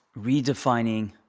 redefining